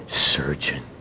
surgeon